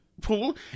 pool